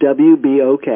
WBOK